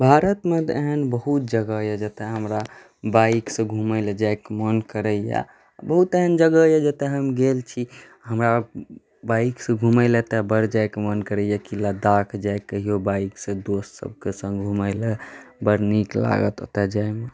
भारतमे तऽ एहन बहुत जगह अइ जतऽ हमरा बाइकसँ घुमैलए जाइके मोन करैए बहुत एहन जगह अइ जतऽ हम गेल छी हमरा बाइकसँ घुमैलए तऽ बड्ड जाइके मोन करैए कि लद्दाख जाइ कहिओ बाइकसँ दोस्तसबके सङ्ग घुमैलए बड़ नीक लागत ओतऽ जाइमे